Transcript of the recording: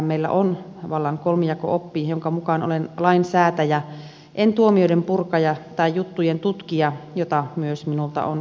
meillä on vallan kolmijako oppi jonka mukaan olen lainsäätäjä en tuomioiden purkaja tai juttujen tutkija sitä minulta myös on toivottu